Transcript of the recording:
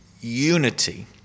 unity